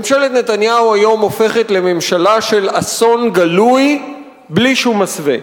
ממשלת נתניהו היום הופכת לממשלה של אסון גלוי בלי שום מסווה.